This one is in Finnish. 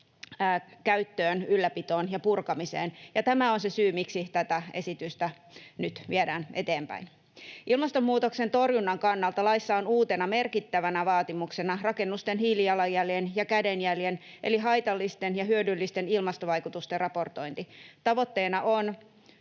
käyttöön, ylläpitoon ja purkamiseen, ja tämä on se syy, miksi tätä esitystä nyt viedään eteenpäin. Ilmastonmuutoksen torjunnan kannalta laissa on uutena merkittävänä vaatimuksena rakennusten hiilijalanjäljen ja -kädenjäljen eli haitallisten ja hyödyllisten ilmastovaikutusten raportointi. Tavoitteena on